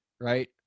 right